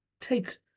take